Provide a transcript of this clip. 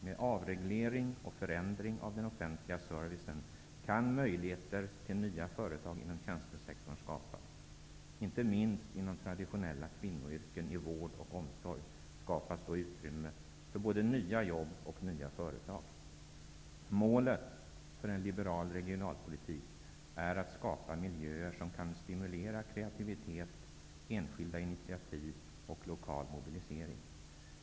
Med avregleringar och förändring av den offentliga servicen kan möjligheter till nya företag inom tjänstesektorn skapas. Inte minst inom traditionella kvinnoyrken inom vård och omsorg skapas utrymme för både nya jobb och nya företag. Målet för en liberal regionalpolitik är att skapa miljöer som kan stimulera kreativitet, enskilda initiativ och lokal mobilisering.